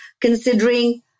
considering